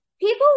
people